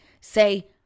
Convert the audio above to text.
Say